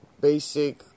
basic